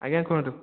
ଆଜ୍ଞା କୁହନ୍ତୁ